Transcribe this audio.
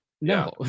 No